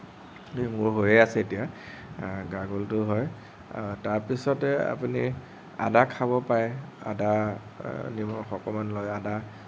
মোৰ হৈয়ে আছে এতিয়া গাৰ্গলটো হয় তাৰপিছতে আপুনি আদা খাব পাৰে আদা নিমখ অকণ লগাই আদা